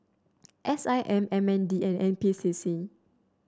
S I M M N D and N P C C